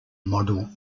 model